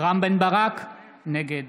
רם בן ברק, נגד